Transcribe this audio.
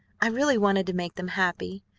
i really wanted to make them happy,